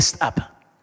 up